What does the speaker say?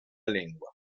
lengua